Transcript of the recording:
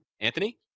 Anthony